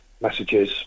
messages